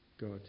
God